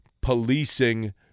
policing